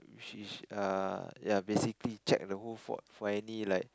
which is err ya basically check the whole fort for any like